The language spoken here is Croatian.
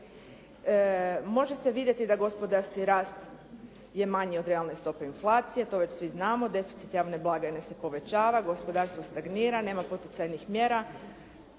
Može se vidjeti da gospodarski rast je manji od realne stope inflacije, to već svi znamo, deficit javne blagajne se povećava, gospodarstvo stagnira, nema poticajnih mjera,